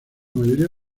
mayoría